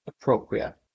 appropriate